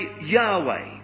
Yahweh